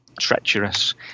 treacherous